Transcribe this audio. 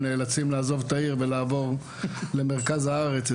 נאלצים לעזוב את העיר ולעבור למרכז הארץ.